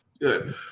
Good